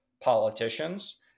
politicians